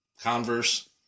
Converse